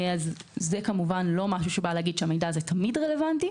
זה לא משהו שבא להגיד שהמידע הזה תמיד רלוונטי,